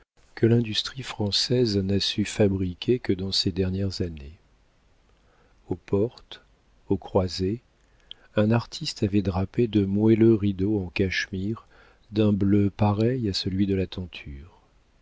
que l'industrie française n'a su fabriquer que dans ces dernières années aux portes aux croisées un artiste avait drapé de moelleux rideaux en cachemire d'un bleu pareil à celui de la tenture